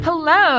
Hello